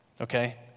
Okay